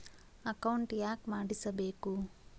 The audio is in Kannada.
ಅಕೌಂಟ್ ಯಾಕ್ ಮಾಡಿಸಬೇಕು?